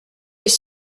les